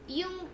yung